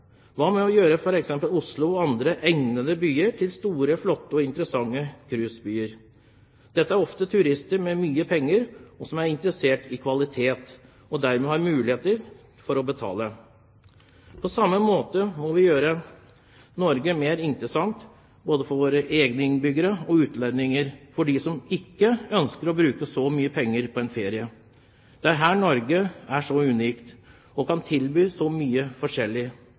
Hva med å gjøre f.eks. Oslo og andre egnede byer til store, flotte og interessante cruisebyer? Dette er ofte turister med mye penger som er interessert i kvalitet, og som dermed har mulighet til å betale. På samme måte må vi gjøre Norge mer interessant for dem som ikke ønsker å bruke så mye penger på en ferie, både når det gjelder våre egne innbyggere, og når det gjelder utlendinger. Det er her Norge er så unikt og kan tilby så mye forskjellig.